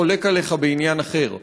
חולק עליך בעניין אחר.